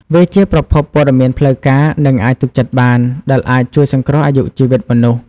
វាជាប្រភពព័ត៌មានផ្លូវការ និងអាចទុកចិត្តបាន ដែលអាចជួយសង្គ្រោះអាយុជីវិតមនុស្ស។